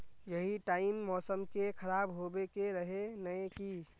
यही टाइम मौसम के खराब होबे के रहे नय की?